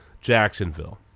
Jacksonville